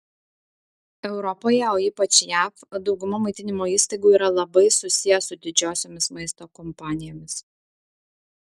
europoje o ypač jav dauguma maitinimo įstaigų yra labai susiję su didžiosiomis maisto kompanijomis